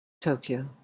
Tokyo